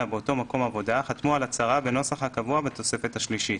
באותו מקום עבודה חתמו על הצהרה בנוסח הקבוע בתוספת השלישית.